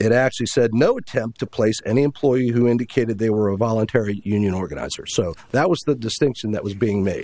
it actually said no temp to place any employee who indicated they were a voluntary union organizer so that was the distinction that was being made